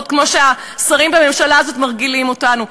כמו שהשרים בממשלה הזו מרגילים אותנו.